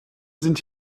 sind